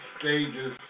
stages